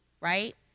right